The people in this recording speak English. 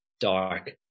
dark